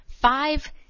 five